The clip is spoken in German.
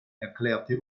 erklärte